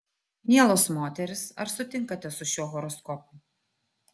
mielos moterys ar sutinkate su šiuo horoskopu